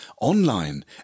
online